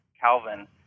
Calvin